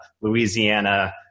Louisiana